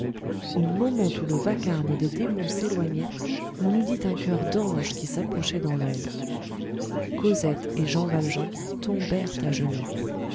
au moment où le vacarme des démons s'éloignait on eût dit un choeur d'anges qui s'approchait dans l'ombre cosette et jean valjean tombèrent à genoux